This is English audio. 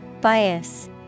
Bias